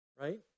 right